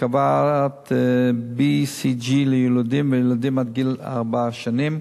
הרכבת BCG ליילודים וילדים עד גיל ארבע שנים.